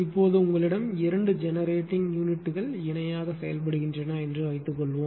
இப்போது உங்களிடம் இரண்டு ஜெனரேட்டிங் யூனிட்கள் இணையாக செயல்படுகின்றன என்று வைத்துக்கொள்வோம்